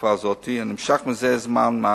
התקופה הזאת, והוא נמשך זה זמן מה